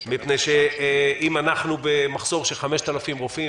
מפני שאם אנחנו במחסור של 5,000 רופאים,